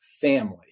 family